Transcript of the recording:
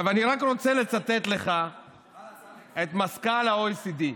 עכשיו אני רוצה לצטט לך את מזכ"ל ה-OECD,